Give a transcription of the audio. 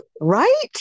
right